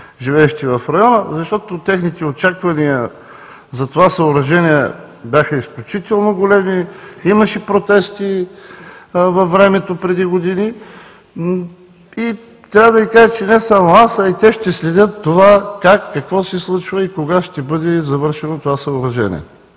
живеещи в района и техните очаквания за това съоръжение бяха изключително големи. Имаше протести във времето преди години. Не само аз, а и те ще следят това как, какво се случва и кога ще бъде завършено това съоръжение.